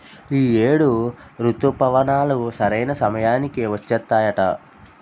ఈ ఏడు రుతుపవనాలు సరైన సమయానికి వచ్చేత్తాయట